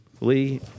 Lee